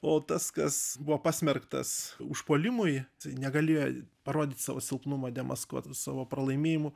o tas kas buvo pasmerktas užpuolimui negalėjo parodyt savo silpnumą demaskuot savo pralaimėjimų